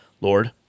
Lord